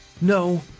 No